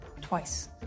twice